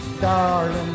darling